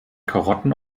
karotten